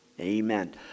amen